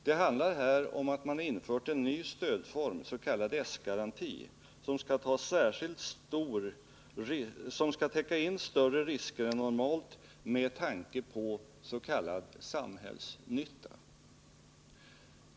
Det handlar här om att man infört en ny stödform, s.k. S-garanti, som skall täcka in större risker än normalt med tanke på den s.k. samhällsnyttan.